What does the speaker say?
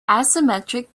asymmetric